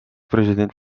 president